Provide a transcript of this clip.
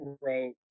wrote